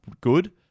good